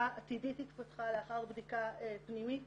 עתידית התפתחה לאחר חקירה בדיקה פנימית